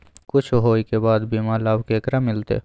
कुछ होय के बाद बीमा लाभ केकरा मिलते?